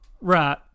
Right